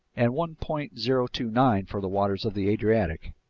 and one point zero two nine for the waters of the adriatic.